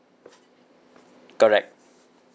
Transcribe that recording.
correct